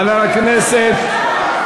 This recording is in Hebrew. חבר הכנסת.